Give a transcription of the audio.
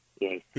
Yes